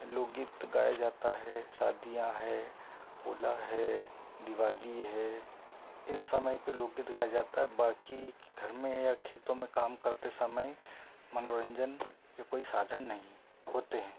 लोकगीत गाया जाता है शादियाँ है होला है दिवाली है इन समय पे लोकगीत गाया जाता है बाकि घर में या खेतों में काम करते समय मनोरंजन के कोई साधन नहीं होते हैं